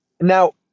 Now